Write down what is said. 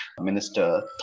minister